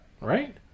Right